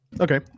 Okay